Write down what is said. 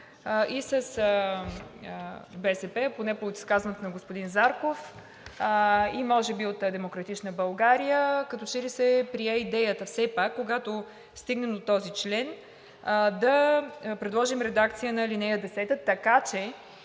и с БСП, поне по изказването на господин Зарков и може би от „Демократична България“, като че ли се прие идеята все пак, когато стигнем до този член, да предложим редакция на ал. 10, така че